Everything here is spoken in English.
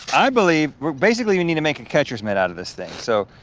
i believe basically we need to make a catcher's mitt out of this thing. so